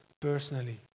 personally